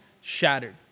shattered